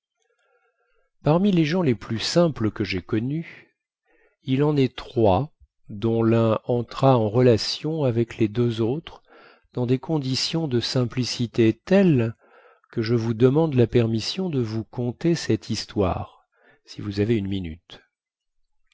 parmi les gens les plus simples que jaie connus il en est trois dont lun entra en relation avec les deux autres dans des conditions de simplicité telles que je vous demande la permission de vous conter cette histoire si vous avez une minute